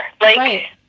Right